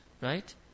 Right